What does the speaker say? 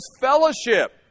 fellowship